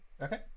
Okay